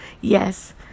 Yes